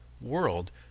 world